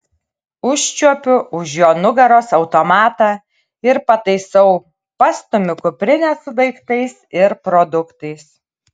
užčiuopiu už jo nugaros automatą ir pataisau pastumiu kuprinę su daiktais ir produktais